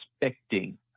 expecting